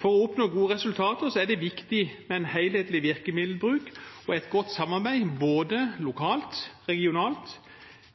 For å oppnå gode resultater er det viktig med en helhetlig virkemiddelbruk og et godt samarbeid både lokalt, regionalt